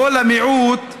לא למיעוט,